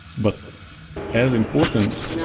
but as important,